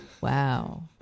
Wow